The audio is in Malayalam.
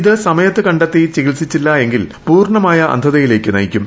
ഇത് സമയത്ത് കണ്ടെത്തി ചികിത്സിച്ചില്ല എങ്കിൽ പൂർണമായ അന്ധതയിലേയ്ക്ക് നയിക്കും